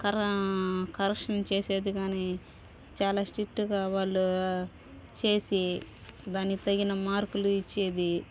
కర కరెక్షన్ చేసేది కానీ చాలా స్టిట్టుగా వాళ్ళు చేసి దాని తగిన మార్కులు ఇచ్చేది